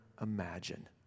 imagine